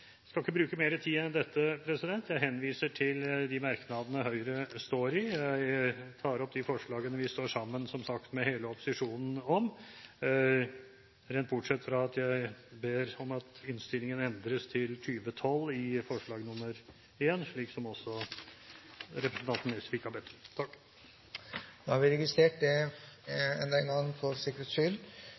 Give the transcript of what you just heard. skal ikke bruke mer tid enn dette. Jeg henviser til de merknadene som Høyre er med i. Jeg tar opp forslagene som vi, som sagt, står sammen med hele opposisjonen om. Så ber jeg om at årstallet endres til 2012 i forslag nr. 1 i innstillingen, slik også representanten Nesvik har bedt om. Da er det registrert enda en gang, for sikkerhets skyld.